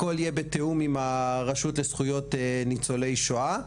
הכול יהיה בתאום עם הרשות לזכויות ניצולי שואה.